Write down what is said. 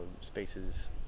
spaces